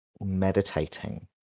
meditating